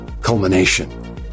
culmination